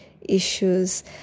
issues